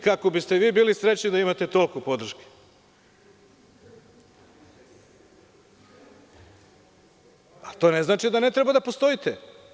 Kako bi ste vi bili srećni da imate toliko podrške, ali to ne znači da ne treba da postojite.